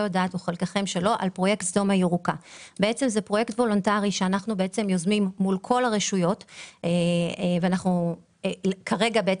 פרויקט וולונטרי שאנחנו יוזמים מול כל הרשויות של הקמת